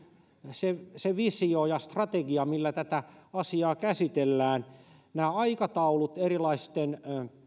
se se visio ja strategia millä tätä asiaa käsitellään nämä aikataulut erilaisten